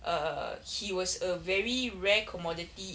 err he was a very rare commodity